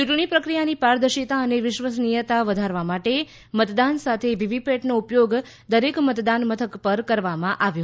ચૂંટણી પ્રક્રિયાની પારદર્શિતા અને વિશ્વસનીયતા વધારવા માટે મતદાન સાથે વીવીપી પેટનો ઉપયોગ દરેક મતદાન મથક પર કરવામાં આવ્યો હતો